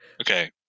okay